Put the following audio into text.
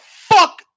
fuck